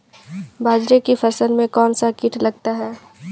बाजरे की फसल में कौन सा कीट लगता है?